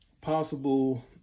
possible